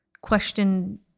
question